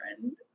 friend